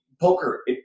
poker